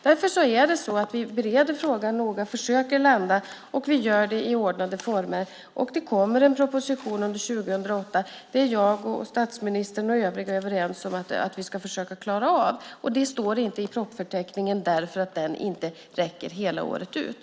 Därför bereder vi frågan noga och försöker landa, och vi gör det i ordnade former. Det kommer en proposition under 2008. Det är jag, statsministern och övriga överens om att vi ska försöka klara av. Det står inte i propositionsförteckningen därför att den inte räcker hela året ut.